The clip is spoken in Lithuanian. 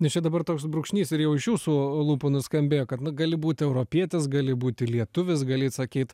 nes čia dabar toks brūkšnys ir jau iš jūsų lūpų nuskambėjo kad na gali būt europietis gali būti lietuvis gali sakyt